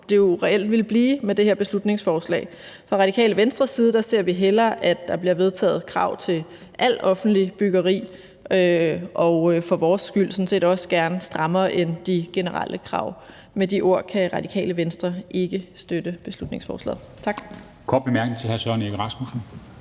det jo reelt vil blive med det her beslutningsforslag. Fra Radikale Venstres side ser vi hellere, at der bliver vedtaget krav til alt offentligt byggeri og for vores skyld sådan set også gerne strammere krav end de generelle. Med de ord kan Radikale Venstre ikke støtte beslutningsforslaget. Tak.